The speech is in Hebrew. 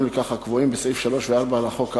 לכך הקבועים בסעיפים 3 ו-4 לחוק האמור,